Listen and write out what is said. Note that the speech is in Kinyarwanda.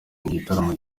igitaramo